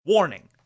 Warning